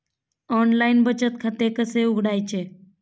Online बचत खाते कसे उघडायचे?